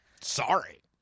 Sorry